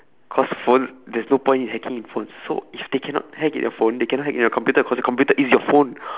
cause phones there's no point in hacking in phones so if they cannot hack in your phone they cannot hack in your computer because your computer is your phone